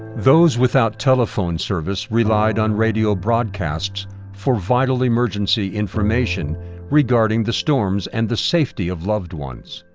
those without telephone service relied on radio broadcasts for vital emergency information regarding the storms and the safety of loved ones.